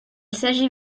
s’agit